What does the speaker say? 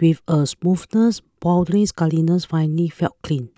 with a smoothness bordering scaliness finally felt clean